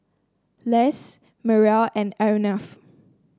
Les Mariel and Arnav